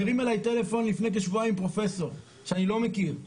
מרים אליי טלפון לפני כשבועיים פרופסור שאני לא מכיר,